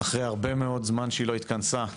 אחרי הרבה מאוד זמן שהיא לא התכנסה.